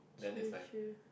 true true